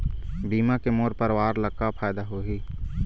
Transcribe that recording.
बीमा के मोर परवार ला का फायदा होही?